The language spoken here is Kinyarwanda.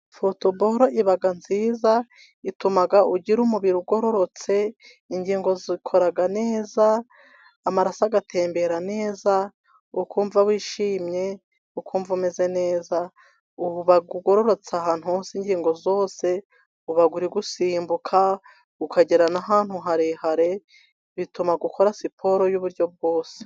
Futuboro iba nziza, ituma ugira umubiri ugororotse, ingingo zikora neza, amaraso agatembera neza, ukumva wishimye, ukumva umeze neza, uba ugororotse ahantu hose, ingingo zose, uba uri gusimbuka ukagera n'ahantu harehare, bituma ukora siporo y'uburyo bwose.